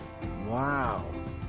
wow